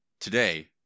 Today